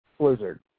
blizzard